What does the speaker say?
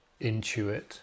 Intuit